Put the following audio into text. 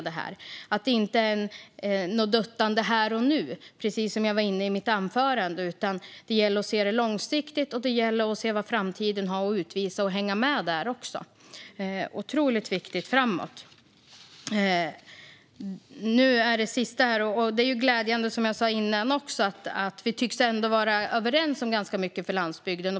Det ska inte vara något duttande här och nu, precis som jag var inne på i mitt huvudanförande, utan det gäller att se det långsiktigt. Det gäller att se vad framtiden har att utvisa och hänga med. Det är otroligt viktigt framöver. Det är glädjande, som jag sa innan också, att vi ändå tycks vara överens om ganska mycket vad gäller landsbygden.